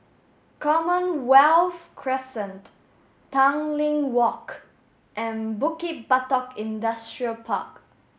Commonwealth Crescent Tanglin Walk and Bukit Batok Industrial Park